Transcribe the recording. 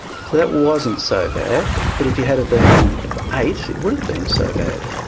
so that wasn't so bad, but if he had have been eight it would have been so bad,